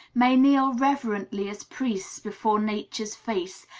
may kneel reverently as priests before nature's face,